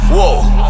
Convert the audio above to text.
Whoa